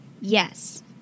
Yes